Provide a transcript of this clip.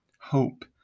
hope